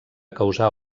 causar